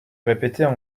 répétaient